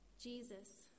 Jesus